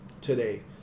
Today